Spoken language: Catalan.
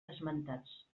esmentats